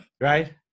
right